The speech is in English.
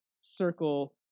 circle